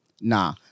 nah